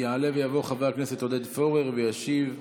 יעלה ויבוא חבר הכנסת עודד פורר וישיב.